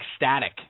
ecstatic